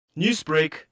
Newsbreak